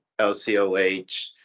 LCOH